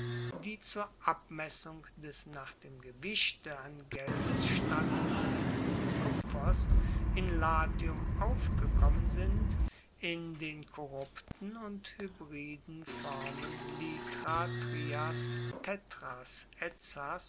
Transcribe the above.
die zur abmessung des nach dem gewichte an geldes statt dienenden kupfers in latium aufgekommen sind in den korrupten und hybriden formen